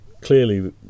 clearly